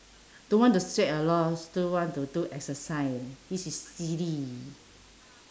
don't want to sweat a lot still want to do exercise this is silly